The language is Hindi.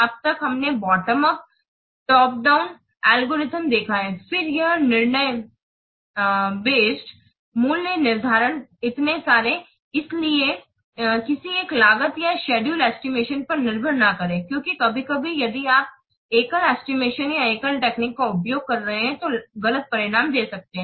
अब तक हमने bottom up top down algorithm देखा है फिर यह निर्णय बेस्ड मूल्य निर्धारण इतने सारे इसलिए किसी एक लागत या शेड्यूल एस्टिमेशन पर निर्भर न करें क्योंकि कभी कभी यदि आप एकल एस्टिमेशन या एकल टेक्निक का उपयोग कर रहे हैं तो गलत परिणाम दे सकता है